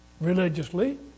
religiously